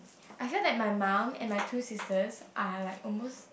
I feel that my mum and my two sisters are like almost